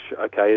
okay